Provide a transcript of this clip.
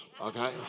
Okay